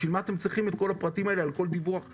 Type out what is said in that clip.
בשביל מה אתם צריכים את כל הפרטים האלה על כל דיווח מינורי?